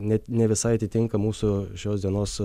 net ne visai atitinka mūsų šios dienos